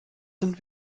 sind